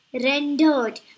Rendered